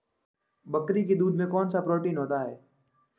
बकरी के दूध में कौनसा प्रोटीन होता है?